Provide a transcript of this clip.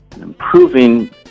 improving